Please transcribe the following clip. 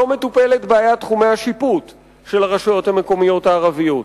לא מטופלת בעיית תחומי השיפוט של הרשויות המקומיות הערביות.